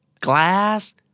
Glass